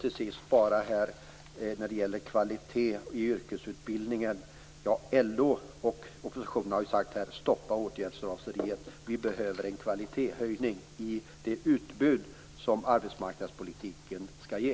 När det till sist gäller kvalitet i yrkesutbildningen har LO och oppositionen sagt att man skall stoppa åtgärdsraseriet. Vi behöver en kvalitetshöjning i det utbud som arbetsmarknadspolitiken skall ge.